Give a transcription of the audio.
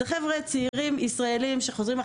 אלה חבר'ה ישראלים צעירים,